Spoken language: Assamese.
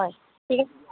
হয় ঠিক আছে